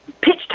pitch